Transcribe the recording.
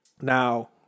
Now